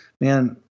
man